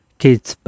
kids